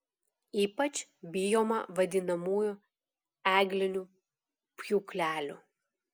ypač bijoma vadinamųjų eglinių pjūklelių